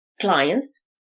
clients